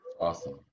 Awesome